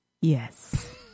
yes